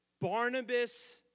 Barnabas